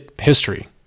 history